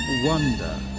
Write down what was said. wonder